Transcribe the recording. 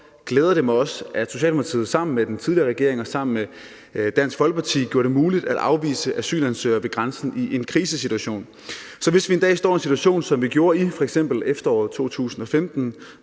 glæder det mig også, at Socialdemokratiet sammen med den tidligere regering og sammen med Dansk Folkeparti gjorde det muligt at afvise asylansøgere ved grænsen i en krisesituation. Så hvis vi en dag står i en situation som den, vi f.eks. stod i i efteråret 2015,